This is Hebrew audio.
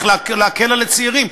איך להקל על הצעירים.